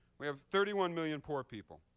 we have thirty one million poor people.